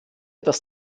das